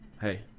hey